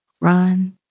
run